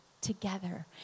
together